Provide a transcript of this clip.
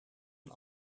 een